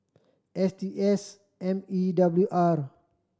S T S M E W R